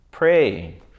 Pray